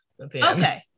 Okay